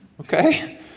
Okay